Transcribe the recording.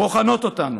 בוחנות אותנו,